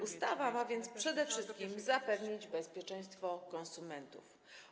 Ustawa ma więc przede wszystkim zapewnić bezpieczeństwo konsumentów.